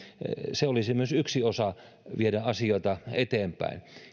se olisi myös yksi osa siinä kun viedään asioita eteenpäin